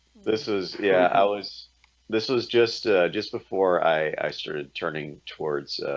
this is yeah, i was this was just just before i started turning towards